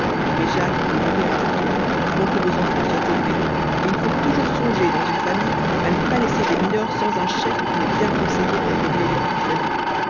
mais jacques peut mourir avant toi avant que vos enfants soient élevés et il faut toujours songer dans une famille à ne pas laisser des mineurs sans un chef pour les bien conseiller et régler leurs différends